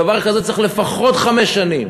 בדבר כזה צריך לפחות חמש שנים